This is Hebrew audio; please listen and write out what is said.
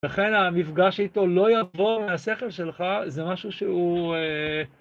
לכן המפגש איתו לא יבוא מהשכל שלך, זה משהו שהוא... אה..